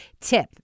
tip